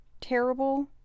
terrible